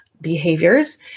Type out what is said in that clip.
behaviors